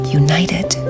united